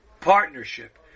partnership